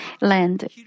land